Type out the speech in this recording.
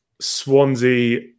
Swansea